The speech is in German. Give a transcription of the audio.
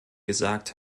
gesagt